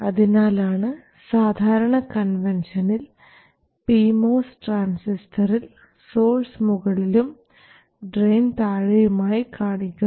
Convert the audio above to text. അതിനാലാണ് സാധാരണ കൺവെൻഷനിൽ പി മോസ് ട്രാൻസിസ്റ്ററിൽ സോഴ്സ് മുകളിലും ഡ്രയിൻ താഴെയുമായി കാണിക്കുന്നത്